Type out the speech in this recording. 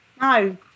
No